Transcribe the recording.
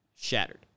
Shattered